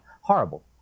horrible